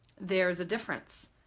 there's a difference.